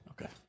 Okay